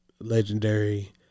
legendary